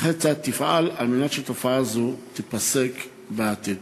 וכיצד תפעל כדי שתופעה זו תיפסק בעתיד?